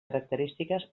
característiques